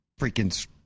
freaking